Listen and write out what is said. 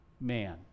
man